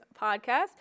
podcast